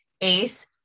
ACE